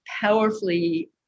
Powerfully